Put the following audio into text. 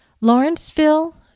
Lawrenceville